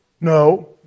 No